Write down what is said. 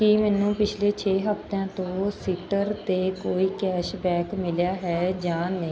ਕੀ ਮੈਨੂੰ ਪਿਛਲੇ ਛੇ ਹਫਤਿਆਂ ਤੋਂ ਸੀਟਰਸ 'ਤੇ ਕੋਈ ਕੈਸ਼ਬੈਕ ਮਿਲਿਆ ਹੈ ਜਾਂ ਨਹੀਂ